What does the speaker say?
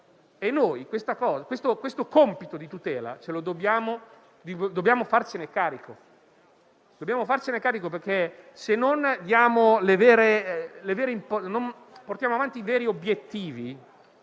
e noi di questo compito di tutela dobbiamo farci carico, perché, se non portiamo avanti i veri obiettivi,